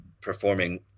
performing